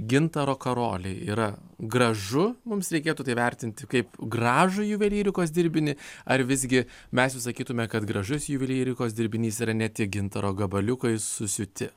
gintaro karoliai yra gražu mums reikėtų tai vertinti kaip gražų juvelyrikos dirbinį ar visgi mes sakytume kad gražus juvelyrikos dirbinys yra ne tik gintaro gabaliukais susiūti